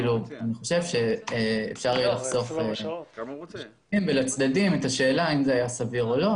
אפשר יהיה לחסוך לצדדים את השאלה האם זה היה סביר או לא,